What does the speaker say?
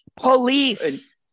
Police